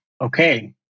Okay